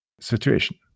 situation